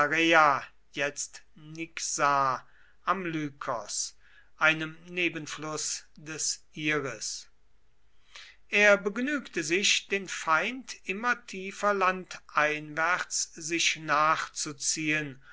am lykos einem nebenfluß des iris er begnügte sich den feind immer tiefer landeinwärts sich nachzuziehen